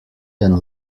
than